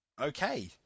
Okay